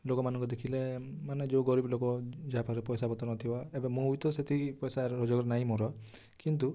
ଲୋକମାନଙ୍କୁ ଦେଖିଲେ ମାନେ ଯୋଉ ଗରିବ ଲୋକ ଯାହା ପାଖରେ ପଇସାପତ୍ର ନଥିବ ଏବେ ମୋର ବି ତ ସେତିକି ପଇସା ରୋଜଗାର ନାହିଁ ମୋର କିନ୍ତୁ